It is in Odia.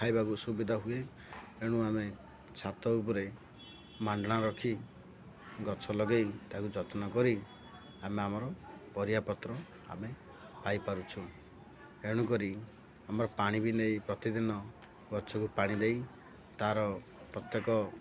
ଖାଇବାକୁ ସୁବିଧା ହୁଏ ଏଣୁ ଆମେ ଛାତ ଉପରେ ମାଣ୍ଡଣା ରଖି ଗଛ ଲଗେଇ ତାକୁ ଯତ୍ନ କରି ଆମେ ଆମର ପରିବାପତ୍ର ଆମେ ପାଇପାରୁଛୁ ଏଣୁକରି ଆମର ପାଣି ବି ନେଇ ପ୍ରତିଦିନ ଗଛକୁ ପାଣି ଦେଇ ତାର ପ୍ରତ୍ୟେକ